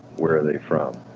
where are they from?